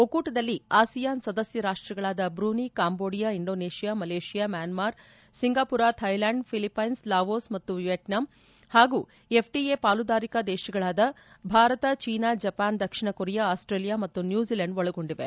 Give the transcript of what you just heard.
ಒಕ್ಕೂಟದಲ್ಲಿ ಆಸಿಯಾನ್ ಸದಸ್ಯ ರಾಷ್ಟಗಳಾದ Brunei Cambodia Indonesia Malaysia Myanmar Singapore Thailand Philippines Laos ಮತ್ತು ವಿಯೆಟ್ನಾಂ ಹಾಗೂ ಎಫ್ಟಿಎ ಪಾಲುದಾರಿಕಾ ದೇಶಗಳಾದ ಭಾರತ ಚೀನಾ ಜಪಾನ್ ದಕ್ಷಿಣ ಕೊರಿಯಾ ಆಸ್ಟೇಲಿಯಾ ಮತ್ತು ನ್ಯೂಜಿಲ್ಕಾಂಡ್ ಒಳಗೊಂಡಿದೆ